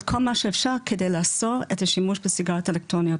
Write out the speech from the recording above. כל מה שאפשר כדי לאסור את השימוש של סיגריות אלקטרוניות